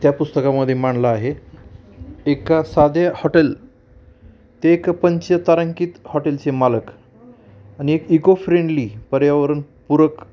त्या पुस्तकामध्ये मांडला आहे एका साधे हॉटेल ते एक पंचतारांकित हॉटेलचे मालक आणि एक इको फ्रेंडली पर्यावरणपूरक